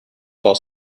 for